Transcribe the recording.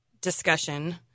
discussion